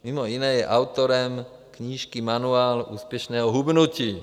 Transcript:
Mimo jiné je autorem knížky Manuál úspěšného hubnutí.